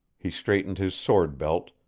he straightened his sword belt,